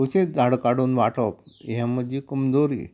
अशेंच झाड काडून वांटप हें म्हजी कमजोरी